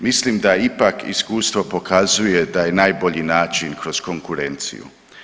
Mislim da ipak iskustvo pokazuje da je najbolji način kroz konkurenciju.